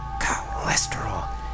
Cholesterol